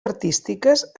artístiques